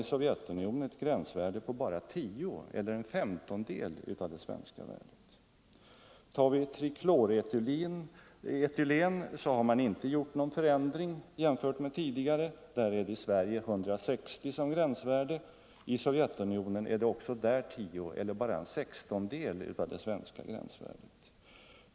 I Sovjetunionen har man ett gränsvärde på bara 10 mg eller en femtondel av det svenska värdet. Vad gäller trikloretylen har man inte gjort någon förändring jämfört med den tidigare listan. I Sverige har man ett gränsvärde på 160 mg. I Sovjetunionen är gränsvärdet bara 10 mg eller en sextondel av det svenska.